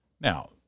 Now